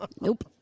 Nope